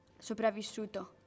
sopravvissuto